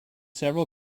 several